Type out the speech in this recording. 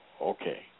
okay